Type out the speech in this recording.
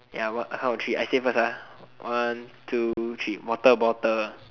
ya what count to three I say first ah one two three water bottle